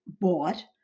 bought